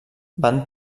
van